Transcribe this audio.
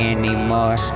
anymore